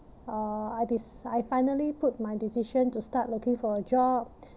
uh I deci~ I finally put my decision to start looking for a job